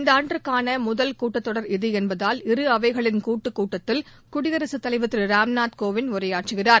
இந்த ஆண்டிற்கான முதல் கூட்டத்தொடர் இது என்பதால் இரு அவைகளின் கூட்டுக்கூட்டத்தில் குடியரசுத் தலைவர் திரு ராம்நாத் கோவிந்த் உரையாற்றுகிறார்